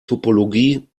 topologie